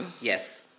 Yes